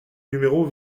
numéro